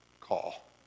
call